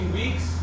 weeks